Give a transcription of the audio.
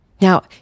Now